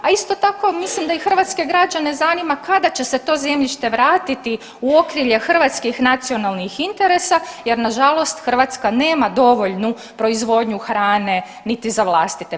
A isto tako mislim da i hrvatske građane zanima kada će se to zemljište vratiti u okrilje hrvatskih nacionalnih interesa, jer na žalost Hrvatska nema dovoljnu proizvodnju hrane niti za vlastite potrebe.